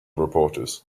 reporters